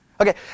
Okay